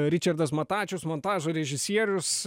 ričardas matačius montažo režisierius